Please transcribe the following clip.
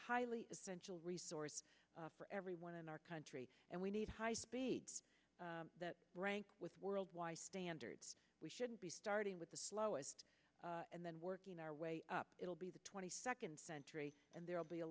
highly essential resource for everyone in our country and we need high speed that rank with world standards we should be starting with the slowest and then working our way up it'll be the twenty second century and there will be a